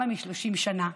ביותר מ-30 שנה,